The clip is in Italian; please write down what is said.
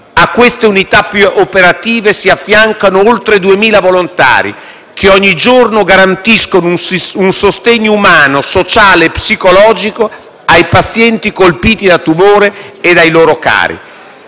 A queste unità operative si affiancano oltre duemila volontari, che ogni giorno garantiscono un sostegno umano, sociale e psicologico ai pazienti colpiti da tumore a ai loro cari.